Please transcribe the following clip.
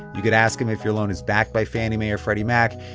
you could ask them if your loan is backed by fannie mae or freddie mac.